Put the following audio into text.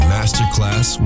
Masterclass